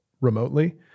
remotely